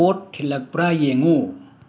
ꯄꯣꯠ ꯊꯤꯜꯂꯛꯄ꯭ꯔ ꯌꯦꯡꯉꯨ